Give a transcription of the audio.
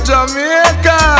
Jamaica